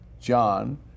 John